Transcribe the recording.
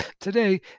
today